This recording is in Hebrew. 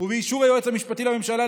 ובאישור היועץ המשפטי לממשלה,